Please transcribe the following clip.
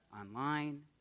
online